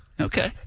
Okay